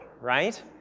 right